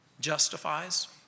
justifies